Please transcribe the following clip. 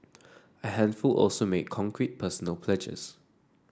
a handful also made concrete personal pledges